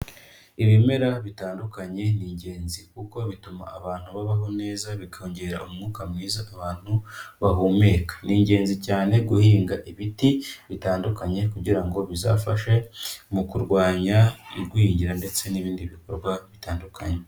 Ibimera bitandukanye ni ingenzi kuko bituma abantu babaho neza bikongera umwuka mwiza abantu bahumeka. Ni ingenzi cyane guhinga ibiti bitandukanye kugira ngo bizafashe mu kurwanya igwingira ndetse n'ibindi bikorwa bitandukanye.